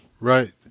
Right